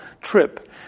trip